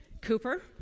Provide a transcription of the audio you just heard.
Cooper